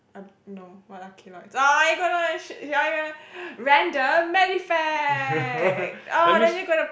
erm no what are keloids oh are you gonna random medi facts oh then you gonna